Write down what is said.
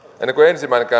ennen kuin